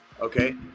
Okay